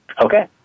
okay